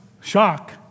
shock